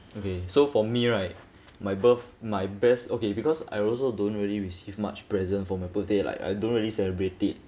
okay so for me right my birth my best okay because I also don't really receive much present for my birthday like I don't really celebrate it